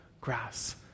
grass